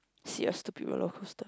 serious stupid roller coaster